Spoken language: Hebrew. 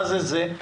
מה זה זה?